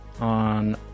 on